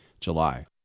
July